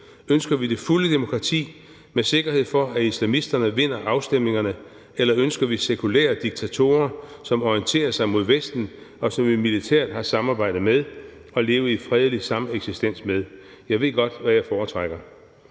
Ønsker vi det fulde demokrati med sikkerhed for, at islamisterne vinder afstemningerne, eller ønsker vi sekulære diktatorer, som orienterer sig mod Vesten, og som vi militært har samarbejdet med og levet i fredelig sameksistens med? Jeg ved godt, hvad jeg foretrækker.